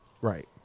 Right